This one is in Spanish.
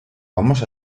vamos